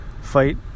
fight